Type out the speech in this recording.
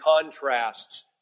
contrasts